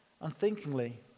unthinkingly